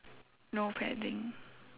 no pedalling